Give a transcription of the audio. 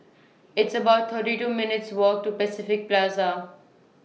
It's about thirty two minutes' Walk to Pacific Plaza